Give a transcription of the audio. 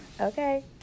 Okay